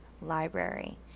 library